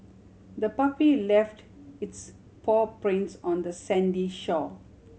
the puppy left its paw prints on the sandy shore